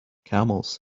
camels